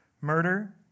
murder